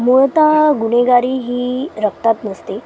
मुळत गुन्हेगारी ही रक्तात नसते